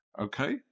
Okay